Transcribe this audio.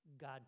God